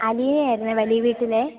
അലീന ആയിരുന്നേ വലിയ വീട്ടിലെ